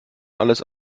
alles